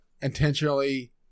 intentionally